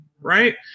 right